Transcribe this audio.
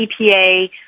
EPA